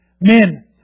Men